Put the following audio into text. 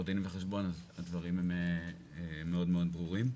דין וחשבון אז הדברים הם מאוד-מאוד ברורים.